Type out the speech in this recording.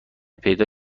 پیدا